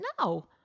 No